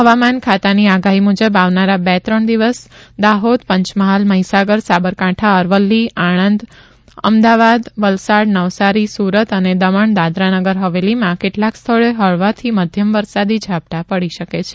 હવામાન ખાતાની આગાહી મુજબ આવનારા બે ત્રણ દિવસ દાહોદ પંચમહાલ મહિસાગર સાબરકાંઠા અરવલ્લી આણંદ અમદાવાદ વલસાડ નવસારી સુરત અને દમણ દાદરા નગર હવેલીમાં કેટલાંક સ્થળોએ હળવાથી મધ્યમ વરસાદી ઝાપટાં પડી શકે છે